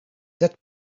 that